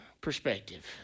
perspective